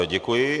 Děkuji.